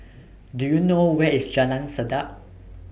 Do YOU know Where IS Jalan Sedap